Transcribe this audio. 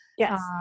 Yes